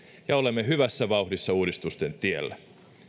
ja olemme hyvässä vauhdissa uudistusten tiellä